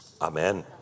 Amen